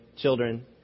children